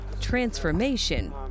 transformation